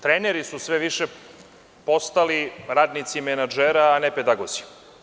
Treneri su sve više postali radnici menadžera, a ne pedagozi.